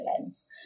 lens